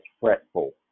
fretful